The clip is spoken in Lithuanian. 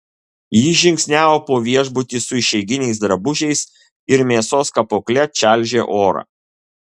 jis žingsniavo po viešbutį su išeiginiais drabužiais ir mėsos kapokle čaižė orą